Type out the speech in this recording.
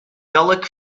gaelic